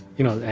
you know,